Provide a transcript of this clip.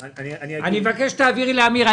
אני מבקש שתעבירי את המקרה לאמיר דהן.